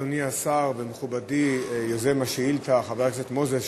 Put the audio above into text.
אדוני השר ומכובדי יוזם השאילתה חבר הכנסת מוזס,